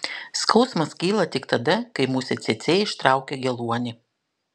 skausmas kyla tik tada kai musė cėcė ištraukia geluonį